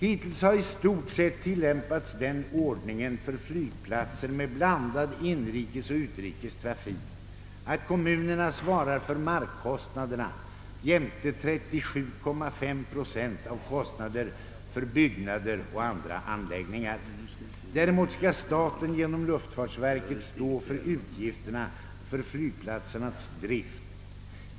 Hittills har i stort sett tilllämpats den ordningen för flygplats med blandad inrikesoch utrikestrafik, att kommunerna svarar för markkostnaderna jämte 37,5 procent av kostna der för byggnader och andra anläggningar. Däremot skall staten genom luftfartsverket stå för utgifterna för flygplatsernas drift.